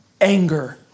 anger